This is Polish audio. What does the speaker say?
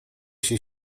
się